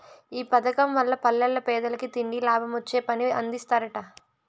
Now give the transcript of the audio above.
ఈ పదకం వల్ల పల్లెల్ల పేదలకి తిండి, లాభమొచ్చే పని అందిస్తరట